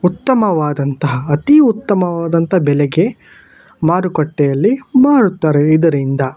ಉತ್ತಮವಾದಂತಹ ಅತೀ ಉತ್ತಮವಾದಂಥ ಬೆಲೆಗೆ ಮಾರುಕಟ್ಟೆಯಲ್ಲಿ ಮಾರುತ್ತಾರೆ ಇದರಿಂದ